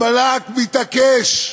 ובלק מתעקש,